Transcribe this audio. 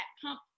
pump